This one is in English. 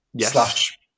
slash